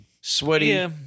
sweaty